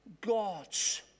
God's